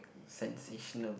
sensational